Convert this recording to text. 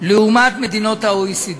לעומת מדינות ה-OECD.